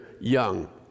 young